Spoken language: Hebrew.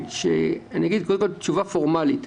אגיד קודם כול תשובה פורמלית: